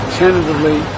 tentatively